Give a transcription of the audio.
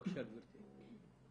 בבקשה, גבירתי.